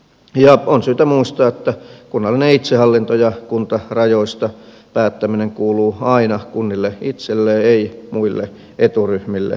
ja on syytä muistaa että kunnallinen itsehallinto ja kuntarajoista päättäminen kuuluu aina kunnille itselleen ei muille eturyhmille tai tahoille